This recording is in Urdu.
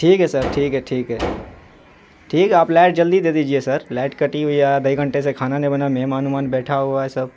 ٹھیک ہے سر ٹھیک ہے ٹھیک ہے ٹھیک ہے آپ لائٹ جلدی دے دیجیے سر لائٹ کٹی ہوئی ہے آدھے گھنٹے سے کھانا نہیں بنا مہمان وہمان بیٹھا ہوا ہے سب